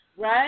Right